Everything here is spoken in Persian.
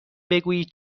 بگویید